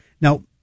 now